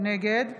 נגד